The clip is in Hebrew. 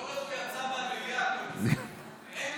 כל עוד הוא יצא מהמליאה, הכול